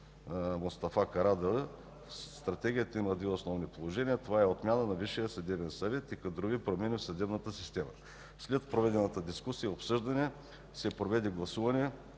Мустафа Карадайъ, в Стратегията има две основни положения, това е отмяната на Висшия съдебен съвет и кадрови промени в съдебната система. След проведената дискусия и обсъждане се проведе гласуване.